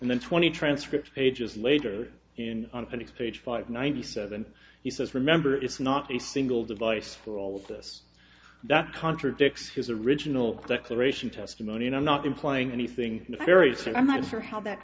and then twenty transcripts pages later in the next page five ninety seven he says remember it's not a single device for all of this that contradicts his original declaration testimony and i'm not implying anything nefarious and i'm not sure how that